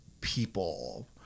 people